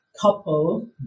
couple